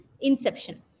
inception